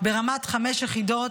ברמת חמש יחידות,